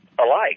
alike